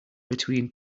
between